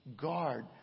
Guard